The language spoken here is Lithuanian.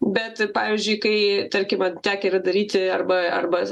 bet pavyzdžiui kai tarkim man tekę daryti arba arba